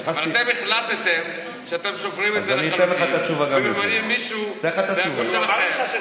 ואתם החלטתם שאתם שוברים את זה לחלוטין וממנים מישהו מהגוש,